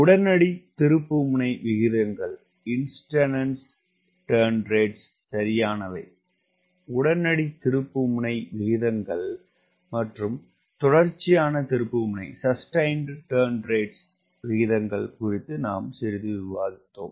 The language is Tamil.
உடனடி திருப்புமுனை விகிதங்கள் சரியானவை உடனடி திருப்புமுனை விகிதங்கள் மற்றும் தொடர்ச்சியான திருப்புமுனை விகிதங்கள் குறித்து நாம் சிறிது விவாதித்தோம்